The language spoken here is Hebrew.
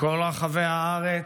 מכל רחבי הארץ,